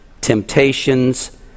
temptations